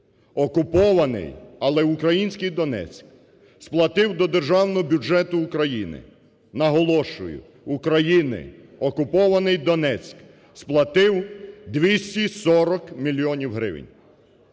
окупований, але український Донецьк сплатив до Державного бюджету України, наголошую – України, окупований Донецьк сплатив 240 мільйонів